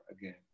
again